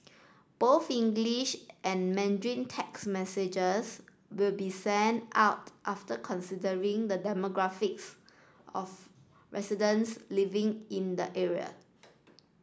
both English and Mandarin text messages will be sent out after considering the demographics of residents living in the area